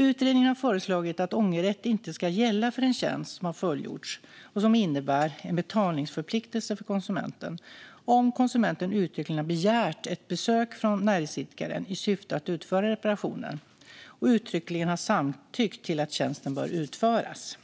Utredningen har föreslagit att ångerrätt inte ska gälla för en tjänst som har fullgjorts och som innebär en betalningsförpliktelse för konsumenten, om konsumenten uttryckligen har begärt ett besök från näringsidkaren i syfte att utföra reparationer och uttryckligen har samtyckt till att tjänsten börjar utföras.